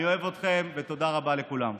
אני אוהב אתכם, ותודה רבה לכולם.